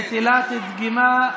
חברי הכנסת,